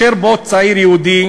אשר בו צעיר יהודי